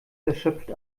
erschöpft